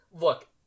look